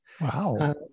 Wow